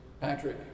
Patrick